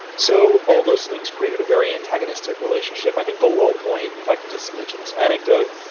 so all those things created a very antagonistic relationship. i think the low point, if i can just mention this anecdote,